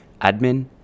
admin